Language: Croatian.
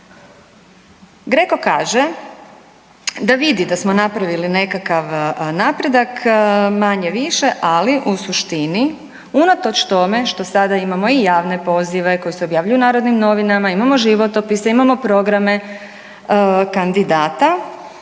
GRECO kaže da vidi da smo napravili nekakav napredak manje-više, ali u suštini unatoč tome što sada imao i javne pozive koji se objavljuju u Narodnim novinama, imao životopise, imamo programe kandidata,